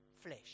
flesh